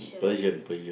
Persian Persian